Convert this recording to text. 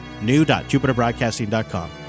new.jupiterbroadcasting.com